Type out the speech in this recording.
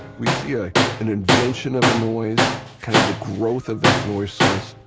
we see ah an invention of a noise, kind of the growth of that noise source.